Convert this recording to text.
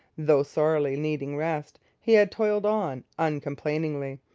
though sorely needing rest, he had toiled on uncomplainingly,